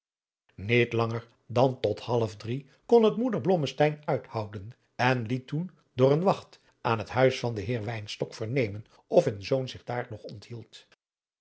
niet langer dan tot half drie kon het moeder blommesteyn uithouden en liet toen door een wacht aan het huis van den heer wynstok vernemen of hun zoon zich daar nog